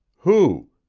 who?